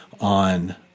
on